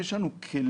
יש לנו כלים,